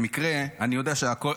במקרה אני יודע שהכול,